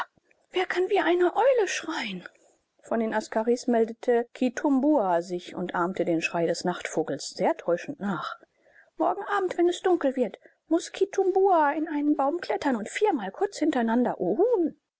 wer kann wie eine eule schreien von den askaris meldete kitumbua sich und ahmte den schrei des nachtvogels sehr täuschend nach morgen abend wenn es dunkel wird muß kitumbua in einen baum klettern und viermal kurz hintereinander